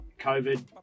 COVID